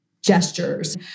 gestures